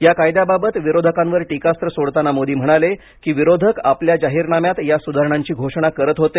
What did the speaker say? या कायद्याबाबत विरोधकांवर टीकास्त्र सोडताना मोदी म्हणाले की विरोधक आपल्या जाहीरनाम्यात या सुधारणांची घोषणा करत होते